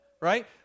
right